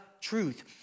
truth